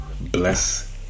bless